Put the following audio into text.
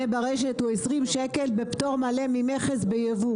ברשת הוא 20 שקל בפטור מלא ממכס ביבוא.